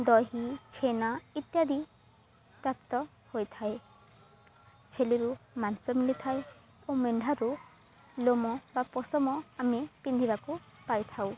ଦହି ଛେନା ଇତ୍ୟାଦି ପ୍ରାପ୍ତ ହୋଇଥାଏ ଛେଳିରୁ ମାଂସ ମିଳିଥାଏ ଓ ମେଣ୍ଢାରୁ ଲୋମ ବା ପଷମ ଆମେ ପିନ୍ଧିବାକୁ ପାଇଥାଉ